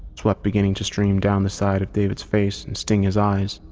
sweat beginning to stream down the sides of david's face and sting his eyes,